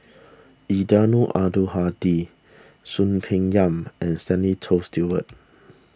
Eddino Abdul Hadi Soon Peng Yam and Stanley Toft Stewart